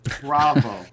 bravo